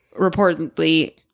reportedly